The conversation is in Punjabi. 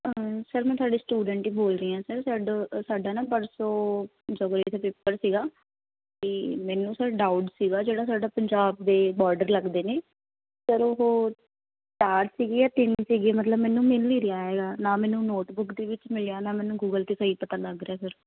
ਸਰ ਮੈਂ ਤੁਹਾਡੀ ਸਟੂਡੈਂਟ ਹੀ ਬੋਲ ਰਹੀ ਹਾਂ ਸਰ ਸਾਡਾ ਸਾਡਾ ਨਾ ਪਰਸੋਂ ਜੋਗ੍ਰਾਫੀ ਦਾ ਪੇਪਰ ਸੀਗਾ ਅਤੇ ਮੈਨੂੰ ਸਰ ਡਾਊਟ ਸੀਗਾ ਜਿਹੜਾ ਸਾਡਾ ਪੰਜਾਬ ਦੇ ਬਾਰਡਰ ਲੱਗਦੇ ਨੇ ਸਰ ਉਹ ਚਾਰ ਸੀਗੇ ਜਾ ਤਿੰਨ ਸੀਗੇ ਮਤਲਬ ਮੈਨੂੰ ਮਿਲ ਨਹੀਂ ਰਿਹਾ ਹੈਗਾ ਨਾ ਮੈਨੂੰ ਨੋਟਬੁੱਕ ਦੇ ਵਿੱਚ ਮਿਲਿਆ ਨਾ ਮੈਨੂੰ ਗੂਗਲ 'ਤੇ ਸਹੀ ਪਤਾ ਲੱਗ ਰਿਹਾ ਸਰ